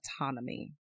autonomy